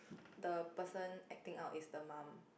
the person acting out is the mom